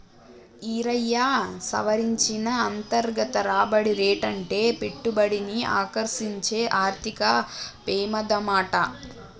ఈరయ్యా, సవరించిన అంతర్గత రాబడి రేటంటే పెట్టుబడిని ఆకర్సించే ఆర్థిక పెమాదమాట